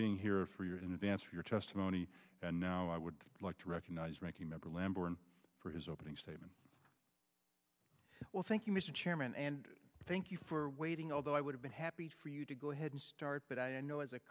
being here for you in advance for your testimony and now i would like to recognize his opening statement well thank you mr chairman and thank you for waiting although i would have been happy for you to go ahead and start but i know as a